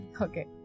Okay